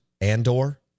Andor